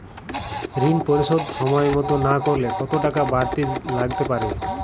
ঋন পরিশোধ সময় মতো না করলে কতো টাকা বারতি লাগতে পারে?